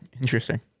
Interesting